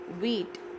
wheat